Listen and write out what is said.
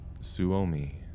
Suomi